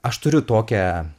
aš turiu tokią